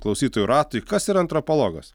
klausytojų ratui kas yra antropologas